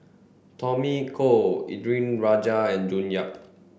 Tommy Koh Indranee Rajah and June Yap